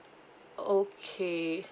okay